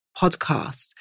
podcast